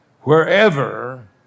wherever